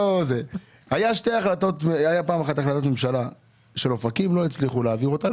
הייתה פעם החלטת ממשלה על אופקים ולא הצליחו להעביר אותה.